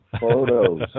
photos